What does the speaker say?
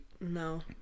No